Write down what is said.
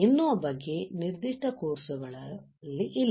ಎನ್ನುವ ಬಗ್ಗೆ ನಿರ್ದಿಷ್ಟ ಕೋರ್ಸ್ ಗಳಲ್ಲಿ ಇಲ್ಲ